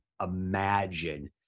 imagine